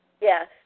Yes